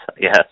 Yes